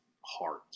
heart